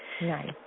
Nice